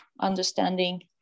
understanding